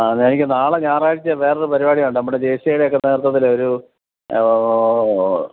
ആ എനിക്ക് നാളെ ഞായറാഴ്ച വേറെയൊരു പരിപാടിയുണ്ട് നമ്മുടെ ജെ സി എയുടെയൊക്കെ നേതൃത്വത്തില് ഒരു